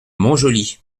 montjoly